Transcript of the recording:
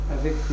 avec